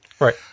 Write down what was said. Right